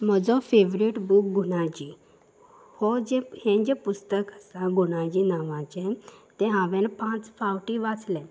म्हजो favourite book Gunaji हो जें हें जें पुस्तक आसा गुणाजी नांवाचें तें हांवें पांच फावटी वाचलें